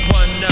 one